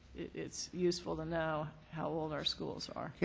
it's useful to know how old our schools are.